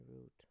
route